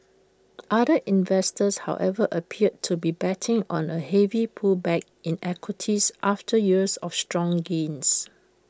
other investors however appear to be betting on A heavy pullback in equities after years of strong gains